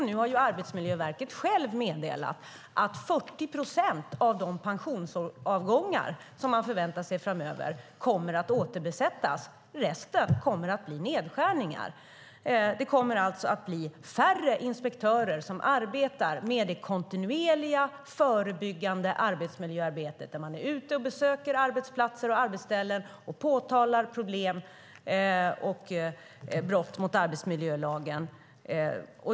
Nu har Arbetsmiljöverket meddelat att när det gäller de pensionsavgångar som man förväntar sig framöver kommer 40 procent av tjänsterna att återbesättas. Resten kommer att skäras ned. Det kommer alltså att bli färre inspektörer som arbetar med det kontinuerliga och förebyggande arbetsmiljöarbetet, där man är ute och besöker arbetsplatser och arbetsställen och påtalar problem och brott mot arbetsmiljölagen.